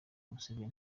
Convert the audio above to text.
museveni